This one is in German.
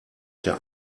der